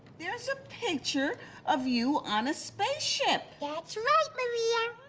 there's a picture of you on a spaceship. that's right, maria.